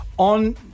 On